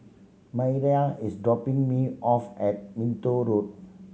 Mayra is dropping me off at Minto Road